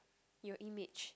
your image